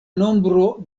nombro